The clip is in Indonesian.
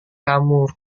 kamu